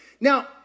Now